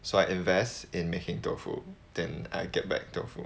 so I invest in making tofu than I get back tofu